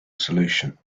solution